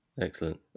Excellent